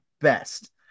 best